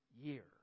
year